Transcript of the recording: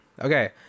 Okay